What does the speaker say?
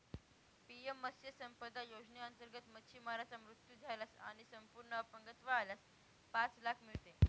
PM मत्स्य संपदा योजनेअंतर्गत, मच्छीमाराचा मृत्यू झाल्यास आणि संपूर्ण अपंगत्व आल्यास पाच लाख मिळते